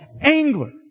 angler